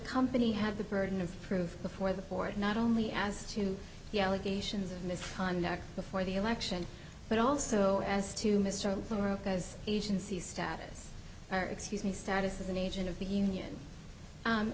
company had the burden of proof before the board not only as to the allegations of misconduct before the election but also as to mr the rochas agency's status or excuse me status as an agent of the union